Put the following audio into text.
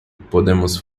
podemos